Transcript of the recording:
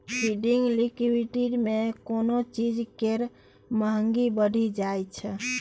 funding liquidity मे कोनो चीज केर महंगी बढ़ि जाइ छै